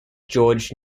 george